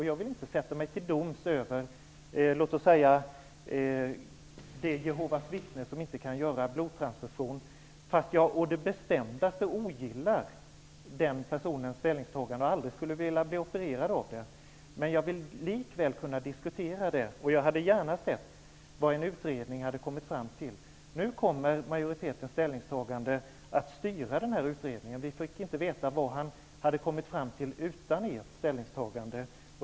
Jag vill inte sätta mig till doms över det Jehovas vittne som inte kan göra en blodtransfusion, fast jag å det bestämdaste ogillar den personens ställningstagande och aldrig skulle vilja bli opererad av honom. Jag vill likväl kunna diskutera frågan. Jag hade gärna sett vad utredningen hade kommit fram till. Nu kommer majoritetens ställningstagande att styra utredningen. Nu får vi inte veta vad utredningen hade kommit fram till utan ert ställningstagande.